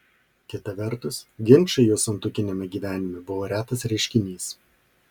kita vertus ginčai jų santuokiniame gyvenime buvo retas reiškinys